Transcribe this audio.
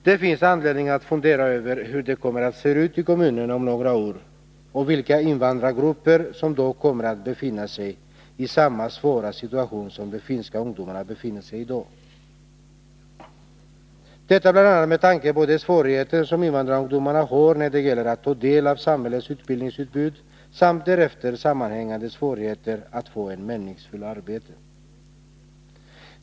Det finns anledning att fundera över hur det kommer att se utikommunen om några år och vilka invandrargrupper som då kommer att befinna sig i samma svåra situation som de finska ungdomarna befinner sig i i dag. Detta bl.a. med tanke på de svårigheter som invandrarungdomarna har när det gäller att ta del av samhällets utbildningsutbud samt därmed sammanhängande svårigheter att få ett meningsfullt arbete.